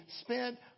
spent